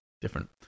Different